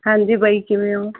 ਹਾਂਜੀ ਬਾਈ ਕਿਵੇਂ ਹੋ